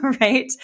right